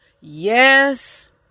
Yes